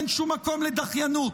אין שום מקום לדחיינות.